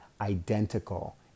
identical